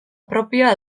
propioa